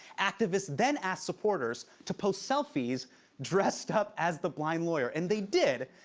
activists then asked supporters to post selfies dressed up as the blind lawyer. and they did,